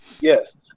Yes